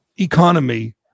economy